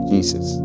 Jesus